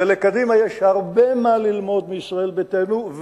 ולקדימה יש הרבה מה ללמוד מישראל ביתנו,